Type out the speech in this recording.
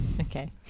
okay